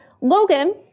Logan